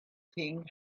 thing